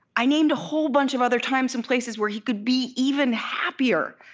i named a whole bunch of other times and places where he could be even happier.